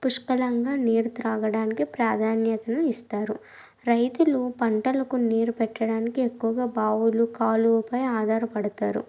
పుష్కలంగా నీరు త్రాగడానికి ప్రాధాన్యతను ఇస్తారు రైతులు పంటలకు నీరు పెట్టడానికి ఎక్కువగా బావులు కాలువలపై ఆధారపడతారు